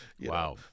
Wow